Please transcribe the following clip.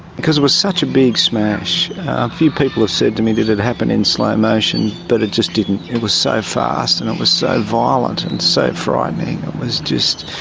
because it was such a big smash few people have ah said to me, did it happen in slow motion? but it just didn't. it was so fast and it was so violent and so frightening. it was just,